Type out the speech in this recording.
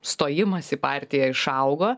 stojimas į partiją išaugo